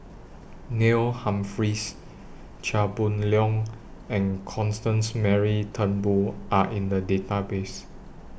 Neil Humphreys Chia Boon Leong and Constance Mary Turnbull Are in The Database